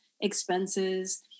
expenses